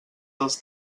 dels